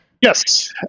yes